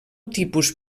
tipus